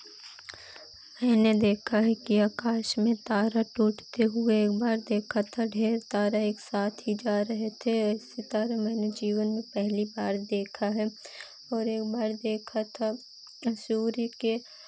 मैंने देखा है कि आकाश में तारा टूटते हुए एक बार देखा था ढेर तारा एक साथ ही जा रहे थे ऐसे तारा मैंने जीवन में पहली बार देखा है और एक बार देखा था सूर्य के